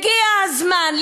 הגיע הזמן,